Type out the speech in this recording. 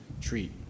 treat